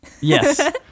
Yes